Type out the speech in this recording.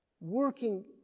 working